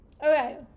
Okay